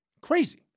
Crazy